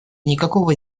никакого